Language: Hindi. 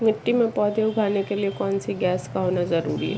मिट्टी में पौधे उगाने के लिए कौन सी गैस का होना जरूरी है?